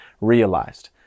realized